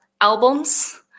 albums